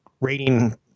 rating